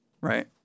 right